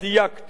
דייקתי, אדוני.